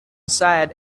sad